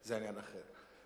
זה עניין אחר.